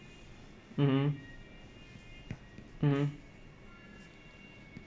mmhmm mmhmm